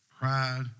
pride